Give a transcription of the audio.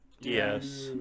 Yes